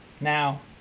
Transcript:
Now